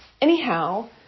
Anyhow